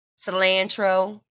cilantro